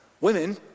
women